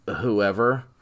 whoever